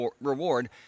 reward